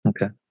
Okay